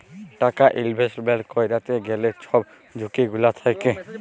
টাকা ইলভেস্টমেল্ট ক্যইরতে গ্যালে ছব ঝুঁকি গুলা থ্যাকে